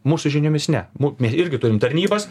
mūsų žiniomis ne mu irgi turim tarnybas